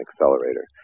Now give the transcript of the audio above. accelerator